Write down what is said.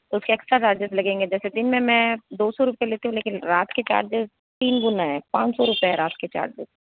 उसके extra charges लगेंगे जैसे दिन में दो सौ रूपये लेती हूँ लेकिन रात के चार्जेज़ तीन गुना है पाँच सौ रूपये है रात के चार्जेज़